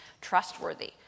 trustworthy